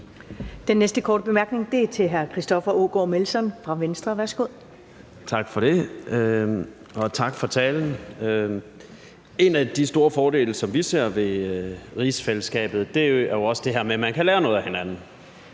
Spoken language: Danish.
Den næste korte bemærkning er til hr. Christoffer Aagaard Melson fra Venstre. Værsgo. Kl. 21:01 Christoffer Aagaard Melson (V): Tak for det, og tak for talen. En af de store fordele, som vi ser ved rigsfællesskabet, er det her med, at man kan lære noget af hinanden.